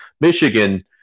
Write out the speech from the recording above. Michigan